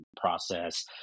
process